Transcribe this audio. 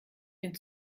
den